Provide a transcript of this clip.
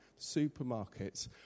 supermarkets